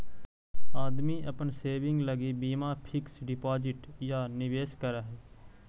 आदमी अपन सेविंग लगी बीमा फिक्स डिपाजिट या निवेश करऽ हई